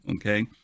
Okay